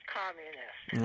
communist